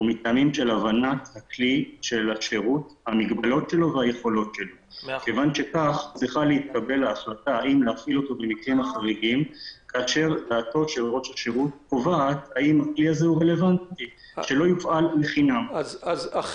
וסיבות אחרות שאת חלקן אנחנו מתקשים לפרוט כרגע אלא רק